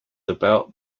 about